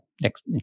next